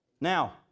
Now